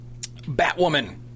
Batwoman